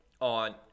on